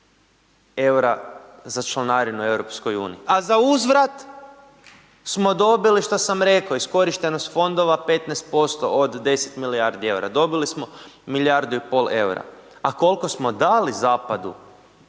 EUR-a za članarinu EU, a za uzvrat smo dobili što sam reko iskorištenost fondova 15% od 10 milijardi EUR-a, dobili smo milijardu i pol EUR-a. A kolko smo dali zapadu